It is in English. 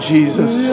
Jesus